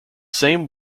same